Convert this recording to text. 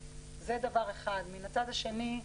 מן הצד השני,